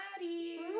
maddie